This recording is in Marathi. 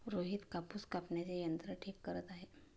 रोहित कापूस कापण्याचे यंत्र ठीक करत आहे